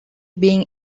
being